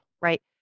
right